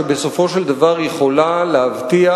שזה דבר מעולה ומצוין.